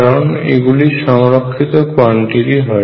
কারণ এগুলি সংরক্ষিত কোয়ান্টিটি হয়